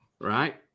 right